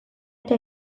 ere